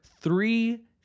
three